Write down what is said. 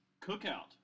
Cookout